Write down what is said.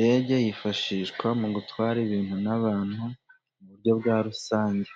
Indege y'ifashishya mu gutwara ibintu n'abantu mu buryo bwarusange